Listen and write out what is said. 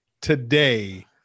today